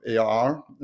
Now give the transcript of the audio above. AR